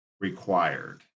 required